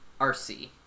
RC